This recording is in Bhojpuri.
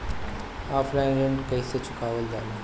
ऑफलाइन ऋण कइसे चुकवाल जाला?